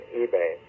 eBay